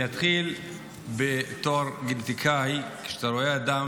אני אתחיל בתור גנטיקאי: כשאתה רואה אדם